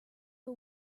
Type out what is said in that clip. for